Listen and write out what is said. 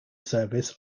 service